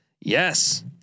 Yes